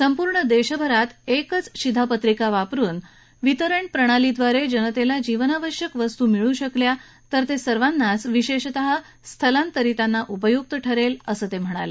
संपूर्ण देशात एकच शिधापत्रिका वापरुन वितरण प्रणालीद्वारे जनतेला जीवनावश्यक वस्तू मिळू शकल्या तर ते सर्वांनाच विशेषतः स्थलांतरीतांना उपय्क्त ठरेल असं ते म्हणाले